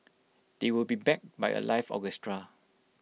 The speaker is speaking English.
they will be backed by A live orchestra